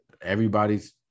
everybody's